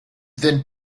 then